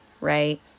right